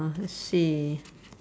uh let's see